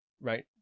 right